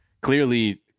clearly